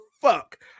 fuck